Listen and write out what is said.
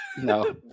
No